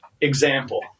example